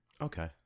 Okay